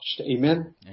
Amen